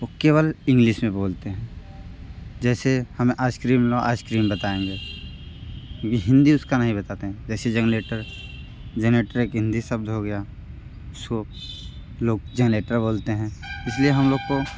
वह केवल इंग्लिश में बोलते हैं जैसे हमें आइस क्रीम लोग आइस क्रीम बताएंगे हिंदी उसका नहीं बताते हैं जैसे जनलेटर जनलेटर एक हिंदी शब्द हो गया सो लोग जेनरेटर बोलते हैं इसलिए हम लोग को